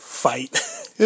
Fight